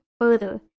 further